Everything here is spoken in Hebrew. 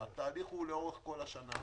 התהליך הוא לאורך כל השנה.